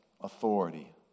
authority